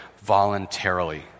voluntarily